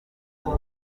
umwe